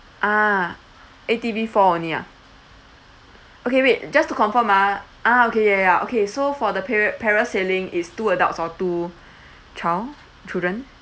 ah A_T_V four only ah okay wait just to confirm ah ah okay ya ya okay so for the para~ parasailing is two adults or two child children